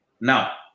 now